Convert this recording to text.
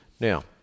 Now